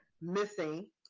missing